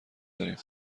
داریم